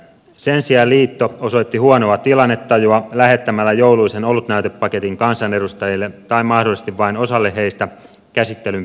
sen sijaan liitto osoitti huonoa tilannetajua lähettämällä jouluisen olutnäytepaketin kansanedustajille tai mahdollisesti vain osalle heistä käsittelyn päätyttyä